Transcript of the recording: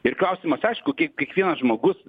ir klausimas aišku kaip kiekvienas žmogus